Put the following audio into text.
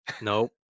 nope